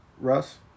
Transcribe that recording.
Russ